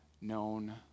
known